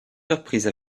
surprise